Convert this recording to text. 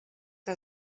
que